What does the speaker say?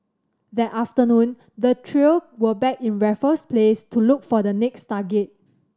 that afternoon the trio were back in Raffles Place to look for the next target